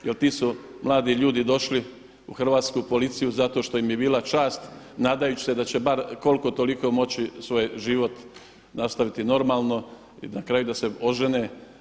Jer ti su mladi ljudi došli u Hrvatsku policiju zato što im je bila čast nadajući se da će bar koliko toliko moći svoj život nastaviti normalno i na kraju da se ožene.